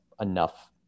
enough